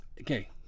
Okay